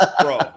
bro